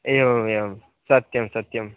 एवम् एवं सत्यं सत्यम्